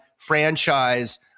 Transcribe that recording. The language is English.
franchise